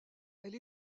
elle